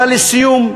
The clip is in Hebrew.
אבל לסיום,